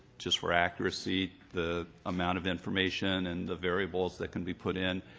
just for accuracy, the amount of information and the variables that can be put in.